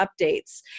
updates